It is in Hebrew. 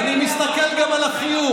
ואני מסתכל גם על החיוך.